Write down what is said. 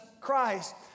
Christ